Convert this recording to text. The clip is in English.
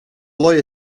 lawyer